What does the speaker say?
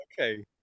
Okay